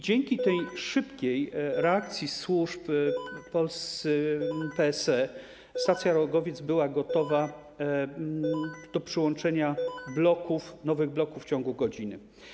Dzięki tej szybkiej reakcji służb PSE stacja Rogowiec była gotowa do przyłączenia nowych bloków w ciągu godziny.